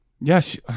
Yes